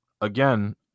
Again